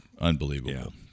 unbelievable